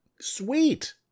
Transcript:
sweet